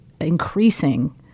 increasing